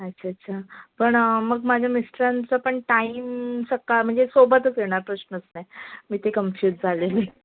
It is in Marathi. अच्छा अच्छा पण मग माझ्या मिस्टरांचं पण टाईम सका म्हणजे सोबतच येणार प्रश्नच नाही मी ते कंफ्यूज झालेली